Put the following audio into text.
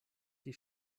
die